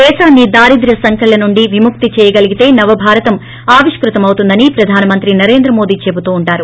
దేశాన్ని దారిద్ర సంకెళ్ల నుంచి విముక్తి చేయగలిగితే నవభారతం ఆవిష్కృతమవుతుందని ప్రధాన మంత్రి నరేంద్రమోదీ చెబుతూ ఉంటారు